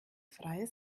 freie